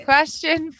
Question